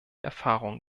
erfahrungen